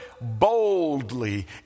boldly